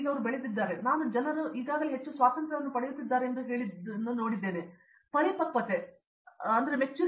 ಆದರೆ ಅವರು ಬೆಳೆದಿದ್ದಾರೆ ಆದರೆ ನಾನು ಜನರು ಈಗಾಗಲೇ ಹೆಚ್ಚು ಸ್ವಾತಂತ್ರ್ಯವನ್ನು ಪಡೆಯುತ್ತಿದ್ದಾರೆ ಎಂದು ಹೇಳಿದ್ದಾರೆ ಆದರೆ ಪರಿಪಕ್ವತೆ ಸ್ವಲ್ಪವೇ